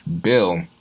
Bill